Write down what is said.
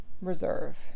reserve